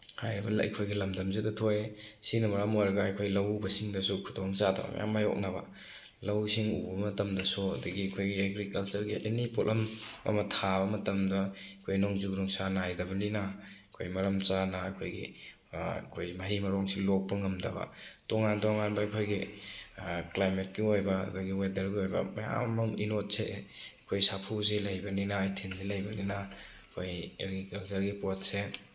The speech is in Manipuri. ꯍꯥꯏꯔꯤꯕ ꯑꯩꯈꯣꯏꯒꯤ ꯂꯃꯗꯝꯁꯤꯗ ꯊꯣꯛꯑꯦ ꯁꯤꯅ ꯃꯔꯝ ꯑꯣꯏꯔꯒ ꯑꯩꯈꯣꯏ ꯂꯧꯎꯕꯁꯤꯡꯗꯁꯨ ꯈꯨꯗꯣꯡꯆꯥꯗꯕ ꯃꯌꯥꯝ ꯃꯥꯌꯣꯛꯅꯕ ꯂꯧꯁꯤꯡ ꯎꯕ ꯃꯇꯝꯁꯨ ꯑꯗꯒꯤ ꯑꯩꯈꯣꯏꯒꯤ ꯑꯦꯒ꯭ꯔꯤꯀꯜꯆꯔꯒꯤ ꯑꯦꯅꯤ ꯄꯣꯠꯂꯝ ꯑꯃ ꯊꯥꯕ ꯃꯇꯝꯗ ꯑꯩꯈꯣꯏ ꯅꯣꯡꯖꯨ ꯅꯨꯡꯁꯥ ꯅꯥꯏꯗꯕꯅꯤꯅ ꯑꯩꯈꯣꯏ ꯃꯔꯝ ꯆꯥꯅ ꯑꯩꯈꯣꯏꯒꯤ ꯃꯍꯩ ꯃꯔꯣꯡꯁꯤꯡ ꯂꯣꯛꯄ ꯉꯝꯗꯕ ꯇꯣꯉꯥꯟ ꯇꯣꯉꯥꯟꯕ ꯑꯩꯈꯣꯏꯒꯤ ꯀ꯭ꯂꯥꯏꯃꯦꯠꯀꯤ ꯑꯣꯏꯕ ꯑꯗꯒꯤ ꯋꯦꯗꯔꯒꯤ ꯑꯣꯏꯕ ꯃꯌꯥꯝ ꯑꯃꯒꯤ ꯏꯅꯣꯠꯁꯦ ꯑꯩꯈꯣꯏ ꯁꯥꯐꯨꯁꯦ ꯂꯩꯕꯅꯤꯅ ꯏꯊꯤꯜꯁꯦ ꯂꯩꯕꯅꯤꯅ ꯑꯩꯈꯣꯏ ꯑꯦꯒ꯭ꯔꯤꯀꯜꯆꯔꯒꯤ ꯄꯣꯠꯁꯦ